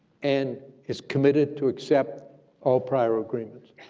and is committed to accept all prior agreements.